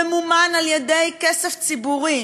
שממומן על-ידי כסף ציבורי,